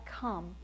come